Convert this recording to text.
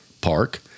park